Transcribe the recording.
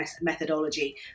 Methodology